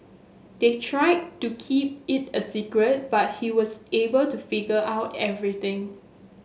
they tried to keep it a secret but he was able to figure out everything